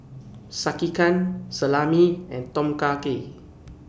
Sekihan Salami and Tom Kha Gei